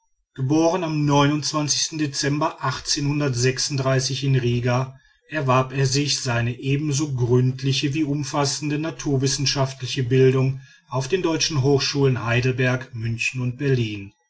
geboren am dezember in riga erwarb er sich seine ebenso gründliche wie umfassende naturwissenschaftliche bildung auf den deutschen hochschulen heidelberg münchen und berlin